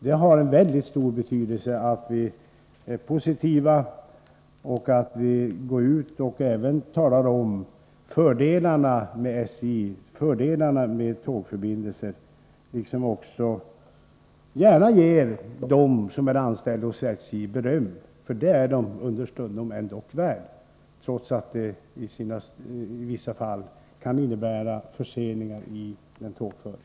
Det har en väldigt stor betydelse att vi är positiva, att vi sprider information om fördelarna med SJ och med att utnyttja tågtrafiken, liksom att vi gärna ger dem som är anställda vid SJ beröm — det är de ändock understundom värda, trots att det i vissa fall kan uppstå förseningar i en tågföring.